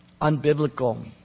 unbiblical